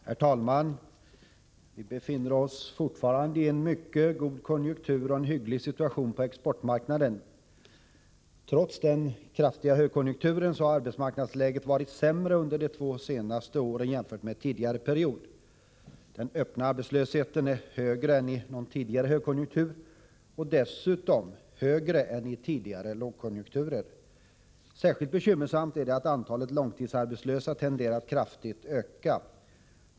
Herr talman! Vi befinner oss fortfarande i en mycket god konjunktur och i en hygglig situation på exportmarknaden. Trots den kraftiga högkonjunkturen har arbetsmarknadsläget varit sämre under de två senaste åren än under tidigare period. Den öppna arbetslösheten är högre än i någon tidigare högkonjunktur, och dessutom högre än i tidigare lågkonjunkturer. Särskilt bekymmersamt är det att antalet långtidsarbetslösa tenderar att kraftigt öka.